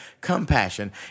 compassion